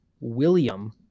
William